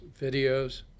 videos